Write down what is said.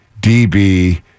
DB